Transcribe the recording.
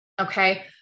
Okay